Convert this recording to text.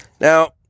Now